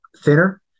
thinner